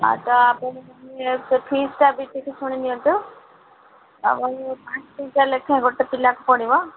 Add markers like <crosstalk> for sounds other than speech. <unintelligible> ଫିସ୍ଟା ବି ଟିକେ ଶୁଣି ନିଅନ୍ତୁ ଆଉ ପାଞ୍ଚ ଟଙ୍କିଆ ଲେଖା ଗୋଟେ ପିଲାକୁ ପଡ଼ିବ